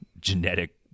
genetic